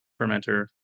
fermenter